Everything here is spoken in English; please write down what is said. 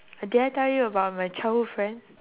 did I tell you about my childhood friend